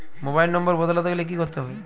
Mobile number বদলাতে গেলে কি করতে হবে?